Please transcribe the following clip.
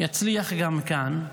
יצליח גם כאן.